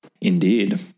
Indeed